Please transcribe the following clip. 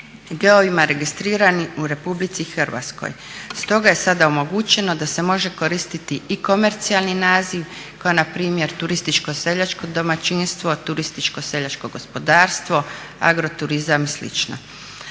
OPG-ovima registriranim u Republici Hrvatskoj. Stoga je sada omogućeno da se može koristiti i komercijalni naziv kao npr. turističko seljačko domaćinstvo, turističko seljačko gospodarstvo, agroturizam i